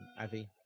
avi